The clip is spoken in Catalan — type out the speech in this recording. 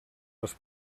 les